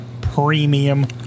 premium